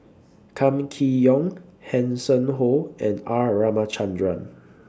Kam Kee Yong Hanson Ho and R Ramachandran